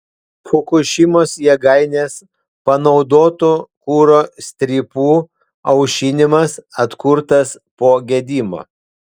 fukušimos jėgainės panaudotų kuro strypų aušinimas atkurtas po gedimo